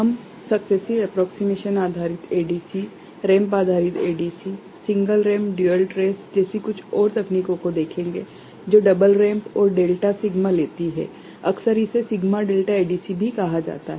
हम successive approximation आधारित ADC ramp आधारित ADC single ramp dual trace जैसी कुछ और तकनीकों को देखेंगे जो डबल रैंप और डेल्टा सिग्मा लेती हैं अक्सर इसे सिग्मा डेल्टा ADC भी कहा जाता है